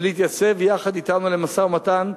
ולהתייצב יחד אתנו למשא-ומתן,